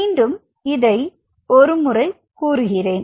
மீண்டும் இதை ஒரு முறை கூறுகிறேன்